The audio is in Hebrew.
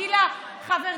גילה, חברתי,